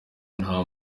nta